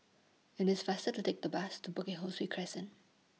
IT IS faster to Take The Bus to Bukit Ho Swee Crescent